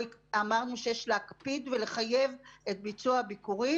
אמרנו שיש להקפיד ולחייב את ביצוע הביקורים.